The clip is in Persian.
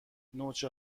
نوچه